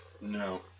No